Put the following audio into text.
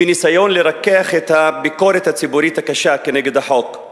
בניסיון לרכך את הביקורת הציבורית הקשה כנגד החוק.